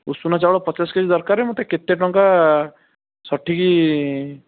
ଉଷୁନା ଚାଉଳ ପଚାଶ କେ ଜି ଦରକାର ମୋତେ କେତେ ଟଙ୍କା ସଠିକ୍